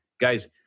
Guys